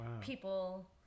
people